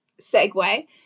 segue